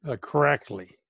correctly